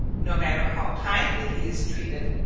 no matter how kindly he is treated,